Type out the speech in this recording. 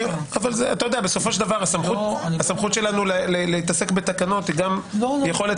בסופו של דבר הסמכות שלנו להתעסק בתקנות היא גם היכולת